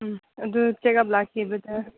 ꯎꯝ ꯑꯗꯨ check up ꯂꯥꯛꯈꯤꯕꯗ